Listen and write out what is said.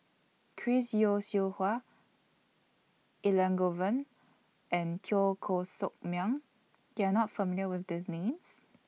Chris Yeo Siew Hua Elangovan and Teo Koh Sock Miang YOU Are not familiar with These Names